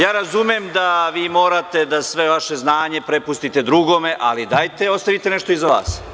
Ja razumem da vi morate da sve vaše znanje prepustite drugome, ali dajte, ostavite nešto i za vas.